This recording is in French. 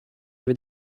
avez